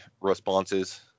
responses